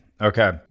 Okay